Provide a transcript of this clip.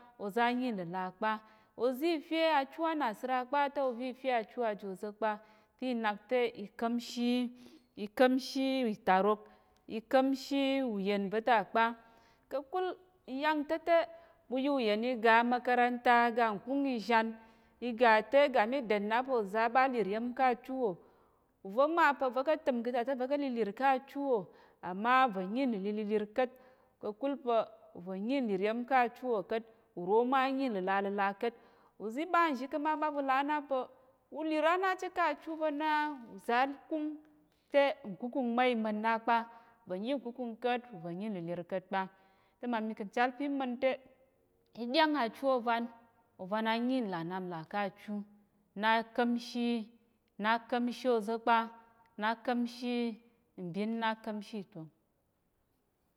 Oza̱ á nyi nləla kpa oza̱ i fe achu ánasəra kpa te ova̱ i fe achu aji oza̱ kpa te i nak te i ka̱mshi yi, i kamshi yi, itarok i kamshi uyen va̱ ta kpa. Kakul ǹyang ta̱ te ɓu ya uyen i ga amakaranta aga nkúng izhan i ga te ga mí den na pa̱ uza̱ á ɓa á lir iya̱m ká̱ achu wò, uva̱ ma pa̱ uva̱ ká̱ təm ka̱ ta te uva̱ ka̱ lilir ká̱ achu wò à ma va̱ nyi nlilirlilir ka̱t ka̱kul pa̱ va̱ nyi nlir iya̱m ká̱ achu wò ka̱t. Uro ma á nyi nləlaləla ka̱t uzi̱ i ɓa nzhi kuma ɓa ɓu là á na pa̱ u lir á na chit ká̱ achu va̱ na uza̱ á kúng te nkúkung ma i ma̱t na kpa va̱ nyi nkúkung ka̱t uva̱ nyi nlilir ka̱t kpa. Te mma mi kà̱ nchal pa̱ í ma̱n te í ɗyáng achu ôvan ovan á nyi nlà nnap nlà ká̱ achu na á ka̱mshi yi, na á ka̱mshi oza̱ kpa, na á ka̱mshi mbin, na á ka̱mshi ìtong.